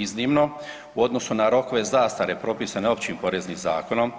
Iznimno u odnosu na rokove zastare propisane Općim poreznim zakonom